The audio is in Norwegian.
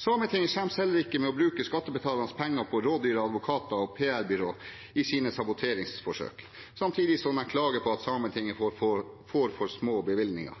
Sametinget skjems heller ikke av å bruke skattebetalernes penger på rådyre advokater og PR-byrå i sine saboteringsforsøk, samtidig som de klager over at Sametinget får for små bevilgninger.